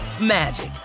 magic